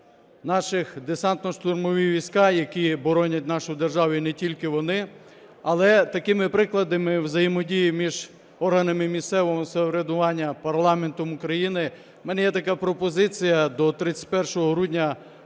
наші Десантно-штурмові війська, які боронять нашу державу, і не тільки вони. Але такими прикладами взаємодії між органами місцевого самоврядування, парламентом України у мене є така пропозиція, до 31 грудня